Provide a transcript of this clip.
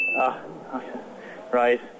Right